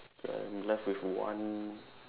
ya I'm left with one